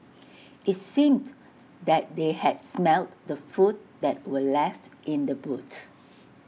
IT seemed that they had smelt the food that were left in the boot